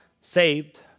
saved